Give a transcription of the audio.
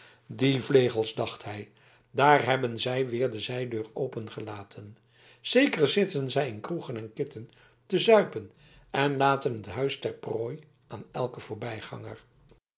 die vlegels dacht hij daar hebben zij weer de zijdeur opengelaten zeker zitten zij in kroegen en kitten te zuipen en laten het huis ter prooi aan elken voorbijganger